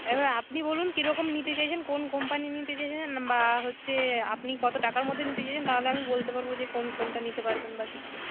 এবার আপনি বলুন কী রকম নিতে চাইছেন কোন কোম্পানি নিতে চাইছেন বা হচ্ছে আপনি কত টাকার মধ্যে নিতে চাইছেন তাহলে আমি বলতে পারব যে কোন ফোনটা নিতে পারবেন বা কিছু